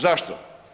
Zašto?